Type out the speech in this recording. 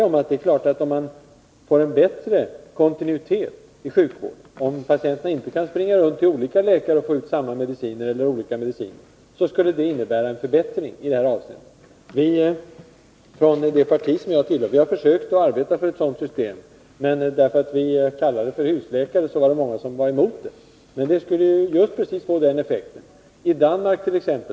Om man får en bättre kontinuitet i sjukvården, om patienterna inte kan springa runt till olika läkare och få ut samma eller olika mediciner så skulle det innebära en förbättring i detta avseende — det kan jag hålla med om. Vi har från det parti som jag tillhör försökt att arbeta för ett sådant system, men därför att vi kallade det för husläkarsystemet var många emot det. Men ett sådant system skulle få just den effekten att medicinförskrivningen minskade.